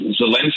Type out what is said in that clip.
Zelensky